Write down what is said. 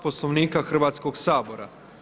Poslovnika Hrvatskoga sabora.